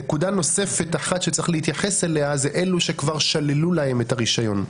נקודה נוספת שצריך להתייחס אליה היא אלה שכבר שללו להם את הרישיון,